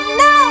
no